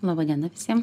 laba diena visiem